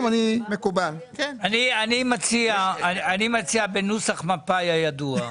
אני מציע, בנוסח מפא"י הידוע,